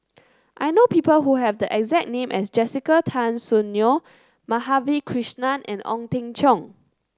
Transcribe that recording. I know people who have the exact name as Jessica Tan Soon Neo Madhavi Krishnan and Ong Teng Cheong